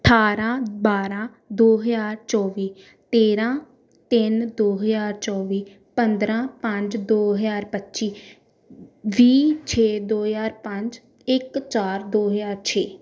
ਅਠਾਰਾਂ ਬਾਰਾਂ ਦੋ ਹਜ਼ਾਰ ਚੌਵੀ ਤੇਰਾਂ ਤਿੰਨ ਦੋ ਹਜ਼ਾਰ ਚੌਵੀ ਪੰਦਰਾਂ ਪੰਜ ਦੋ ਹਜ਼ਾਰ ਪੱਚੀ ਵੀਹ ਛੇ ਦੋ ਹਜ਼ਾਰ ਪੰਜ ਇੱਕ ਚਾਰ ਦੋ ਹਜ਼ਾਰ ਛੇ